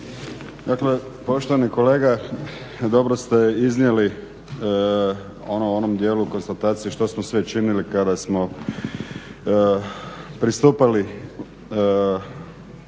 Dakle, poštovani kolega dobro ste iznijeli ono u onom dijelu konstatacije što smo sve činili kada smo pristupali u